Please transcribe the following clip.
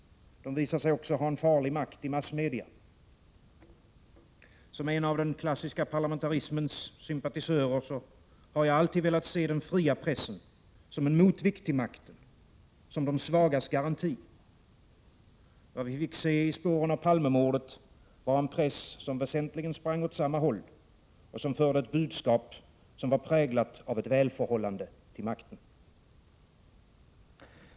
De visar sig också ha en farlig makt i massmedia. Som en av den klassiska parlamentarismens sympatisörer har jag alltid velat se den fria pressen som en motvikt till makten, som de svagas garanti. Vad vi fick se i spåren av Palmemordet var en press som väsentligen sprang åt samma håll och som förde ett budskap präglat av ett välförhållande till makten.